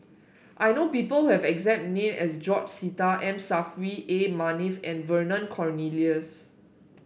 I know people who have the exact name as George Sita M Saffri A Manaf and Vernon Cornelius